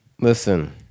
Listen